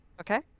okay